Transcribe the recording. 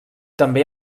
també